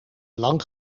lang